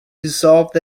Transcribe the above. dissolved